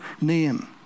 name